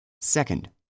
Second